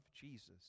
Jesus